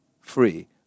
free